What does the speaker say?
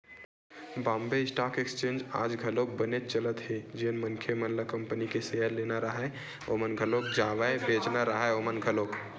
Bombay stock exchange आज घलोक बनेच चलत हे जेन मनखे मन ल कंपनी के सेयर लेना राहय ओमन घलोक जावय बेंचना राहय ओमन घलोक